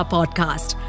Podcast